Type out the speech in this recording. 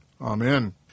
Amen